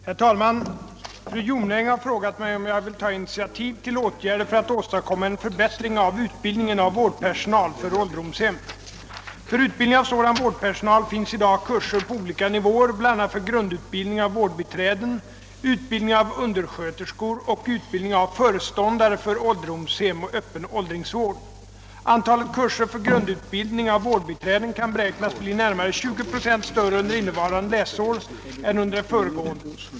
Herr talman! Fru Jonäng har frågat mig, om jag vill ta initiativ till åtgärder för att åstadkomma en förbättring av utbildningen av vårdpersonal för ålderdomshem. För utbildning av sådan vårdpersonal finns i dag kurser på olika nivåer, bl.a. för grundutbildning av vårdbiträden, utbildning av undersköterskor och utbildning av föreståndare för ålderdomshem och öppen åldringsvård. Antalet kurser för grundutbildning av vårdbiträden kan beräknas bli närmare 20 procent större under innevarande läsår än under det föregående.